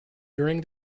during